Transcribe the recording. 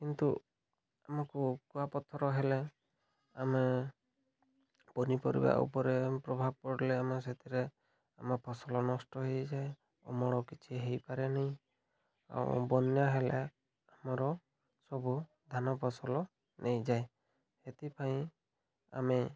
କିନ୍ତୁ ଆମକୁ କୁଆପଥର ହେଲେ ଆମେ ପନିପରିବା ଉପରେ ପ୍ରଭାବ ପଡ଼ିଲେ ଆମେ ସେଥିରେ ଆମ ଫସଲ ନଷ୍ଟ ହେଇଯାଏ ଅମଳ କିଛି ହେଇପାରେନି ଆଉ ବନ୍ୟା ହେଲେ ଆମର ସବୁ ଧାନ ଫସଲ ନେଇଯାଏ ସେଥିପାଇଁ ଆମେ